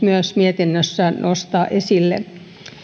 myös halunnut mietinnössään nostaa esille